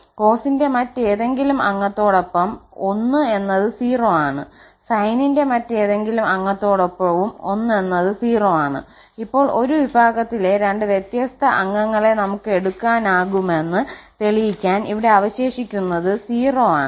കോസിന്റെ മറ്റേതെങ്കിലും അംഗത്തോടൊപ്പം 1 എന്നത് 0 ആണ് സൈനിന്റെ മറ്റേതെങ്കിലും അംഗത്തോടൊപ്പവും 1 എന്നത് 0 ആണ് ഇപ്പോൾ ഒരു വിഭാഗത്തിലെ രണ്ട് വ്യത്യസ്ത അംഗങ്ങളെ നമുക്ക് എടുക്കാനാകുമെന്ന് തെളിയിക്കാൻ ഇവിടെ അവശേഷിക്കുന്നത് 0 ആണ്